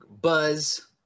Buzz